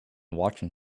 watching